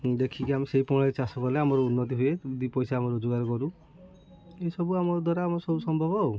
ଦେଖିକି ଆମେ ସେଇ ପ୍ରଣାଳୀ ଚାଷ କଲେ ଆମର ଉନ୍ନତି ହୁଏ ଦି ପଇସା ଆମେ ରୋଜଗାର କରୁ ଏସବୁ ଆମ ଦ୍ୱାରା ଆମ ସବୁ ସମ୍ଭବ ଆଉ